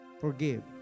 Forgive